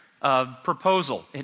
proposal